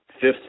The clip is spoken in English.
fifth